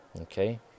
Okay